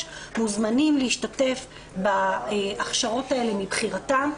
מוזמנים להשתתף בהכשרות האלה מבחירתם.